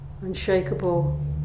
unshakable